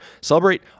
Celebrate